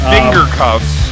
Fingercuffs